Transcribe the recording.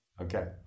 Okay